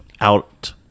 out